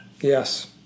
Yes